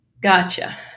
Gotcha